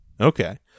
Okay